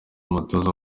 umutoza